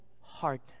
heart